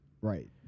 Right